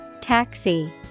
Taxi